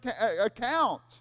account